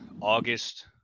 August